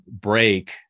break